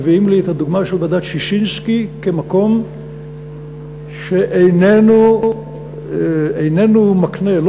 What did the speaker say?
מביאים לי את הדוגמה של ועדת ששינסקי כמקום שאיננו מקנה לא